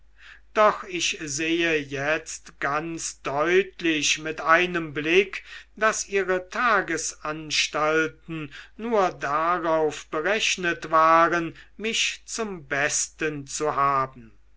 doch ich sehe jetzt ganz deutlich mit einem blick daß ihre tagesanstalten nur darauf berechnet waren mich zum besten zu haben